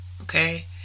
Okay